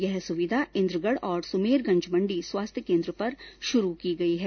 यह सुविधा इन्द्रगढ़ और सुमेरगंज मण्डी स्वास्थ्य केन्द्र पर शुरू की गई है